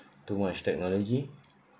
too much technology